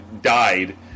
died